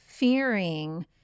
Fearing